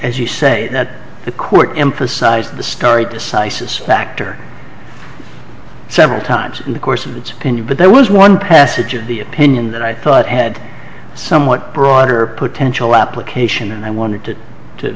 as you say that the court emphasized the starry decisis factor several times in the course of its opinion but there was one passage of the opinion that i thought had somewhat broader potential application and i wanted to to